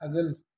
आगोल